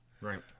Right